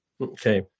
Okay